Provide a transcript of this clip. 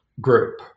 group